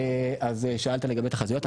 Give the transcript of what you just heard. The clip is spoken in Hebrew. שאלת לגבי תחזיות.